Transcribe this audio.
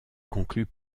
conclut